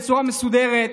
בצורה מסודרת.